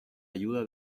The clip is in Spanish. ayuda